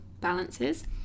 balances